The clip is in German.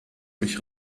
mich